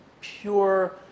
pure